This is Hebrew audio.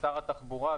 לשר התחבורה,